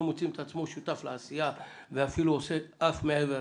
מוצאים שהוא שותף לעשייה ואפילו עושה אף מעבר.